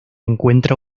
encuentra